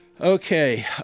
Okay